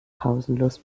pausenlos